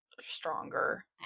stronger